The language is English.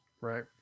right